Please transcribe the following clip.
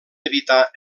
evitar